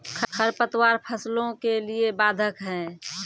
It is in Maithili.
खडपतवार फसलों के लिए बाधक हैं?